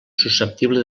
susceptible